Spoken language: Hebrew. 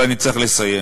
אני צריך לסיים.